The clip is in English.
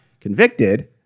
convicted